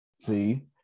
See